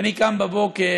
אני קם בבוקר,